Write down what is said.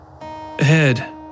Ahead